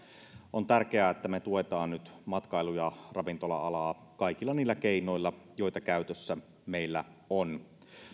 on tärkeää että me tuemme nyt matkailu ja ravintola alaa kaikilla niillä keinoilla joita meillä käytössämme on